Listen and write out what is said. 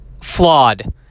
flawed